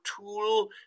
tool